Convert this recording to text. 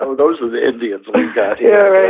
um those were the indians we got here.